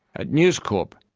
at news corp,